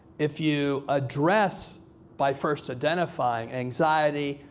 if you address by first identifying anxiety,